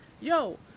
yo